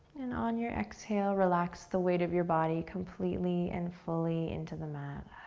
and on your exhale, relax the weight of your body completely and fully into the mat.